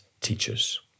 teachers